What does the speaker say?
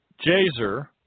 Jazer